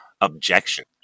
objection